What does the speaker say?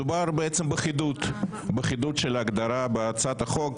מדובר בחידוד של ההגדרה בהצעת החוק,